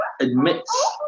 admits